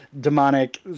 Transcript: demonic